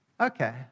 Okay